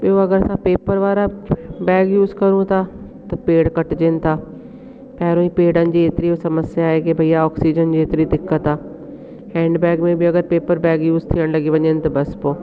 ॿियो अगरि असां पेपर वारा बैग यूस कयूं था त पेड़ कटजनि था पहिरियों ही पेड़नि जी हेतिरियूं सम्सया आहे की भई ऑक्सीजन जी हेतरी दिक़त आहे हैंडबैग में बि अगरि पेपर बैग यूस थियणु लॻी वञनि त बसि पोइ